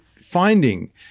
finding